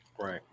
right